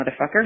motherfucker